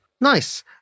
nice